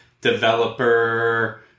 developer